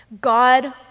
God